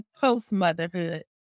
post-motherhood